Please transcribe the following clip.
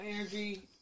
energy